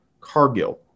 Cargill